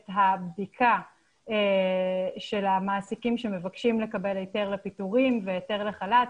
הבדיקה של המעסיקים שמבקשים לקבל היתר לפיטורין והיתר לחל"ת,